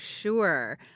sure